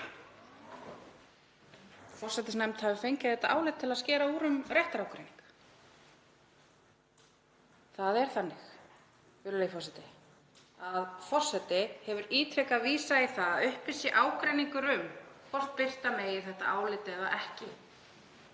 forsætisnefnd hefur fengið þetta álit til að skera úr um réttarágreining. Það er þannig, virðulegi forseti, að forseti hefur ítrekað vísað í það að uppi sé ágreiningur um hvort birta megi álitið eða ekki.